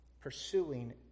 pursuing